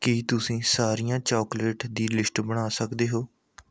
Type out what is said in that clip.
ਕੀ ਤੁਸੀਂ ਸਾਰੀਆਂ ਚਾਕਲੇਟ ਦੀ ਲਿਸਟ ਬਣਾ ਸਕਦੇ ਹੋ